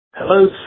Hello